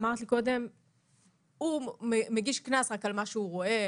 האם הוא מגיש קנס רק על מה שהוא רואה?